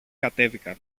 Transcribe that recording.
κατέβηκαν